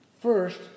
First